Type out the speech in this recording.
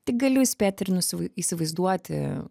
tik galiu spėt ir nusi įsivaizduoti